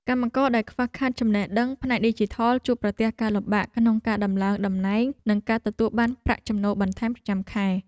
កម្មករដែលខ្វះខាតចំណេះដឹងផ្នែកឌីជីថលជួបប្រទះការលំបាកក្នុងការដំឡើងតំណែង និងការទទួលបានប្រាក់ចំណូលបន្ថែមប្រចាំខែ។